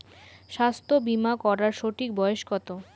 স্বাস্থ্য বীমা করার সঠিক বয়স কত?